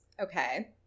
Okay